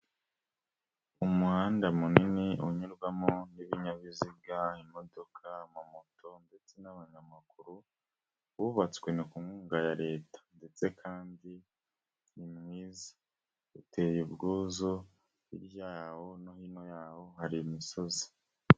Umuhanda munini unyurwamo n'ibinyabiziga imodoka, amamoto ndetse n'abanyamaguru, wubatswe ku nkunga ya Leta ndetse kandi ni mwiza uteye ubwuzu, hirya yawo no hino yawo hari imisozi.